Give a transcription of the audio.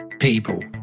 people